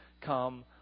come